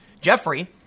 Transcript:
Jeffrey